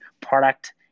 product